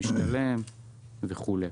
משתלם וכולי.